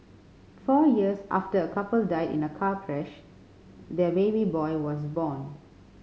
four years after a couple died in a car crash their baby boy was born